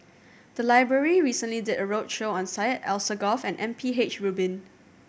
the library recently did a roadshow on Syed Alsagoff and M P H Rubin